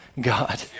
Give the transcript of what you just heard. God